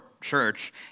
church